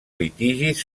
litigis